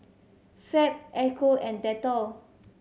Fab Ecco and Dettol